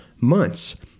months